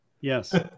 Yes